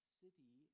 city